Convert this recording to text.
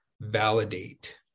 validate